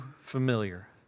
familiar